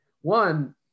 one